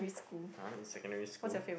har in secondary school